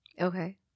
Okay